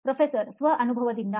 ಪ್ರೊಫೆಸರ್ಸ್ವಅನುಭವದಿಂದ